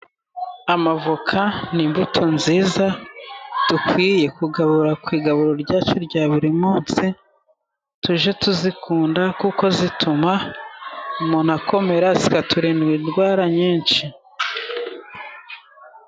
Amavoka ni imbuto nziza dukwiye kugabura ku igaburo ryacu rya buri munsi, tujye tuzikunda kuko zituma umuntu akomera ,zikatunda indwara nyinshi.